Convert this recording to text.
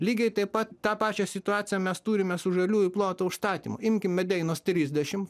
lygiai taip pat tą pačią situaciją mes turime su žaliųjų plotų užstatymu imkim medeinos trisdešim